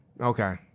Okay